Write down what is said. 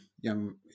young